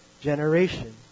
generation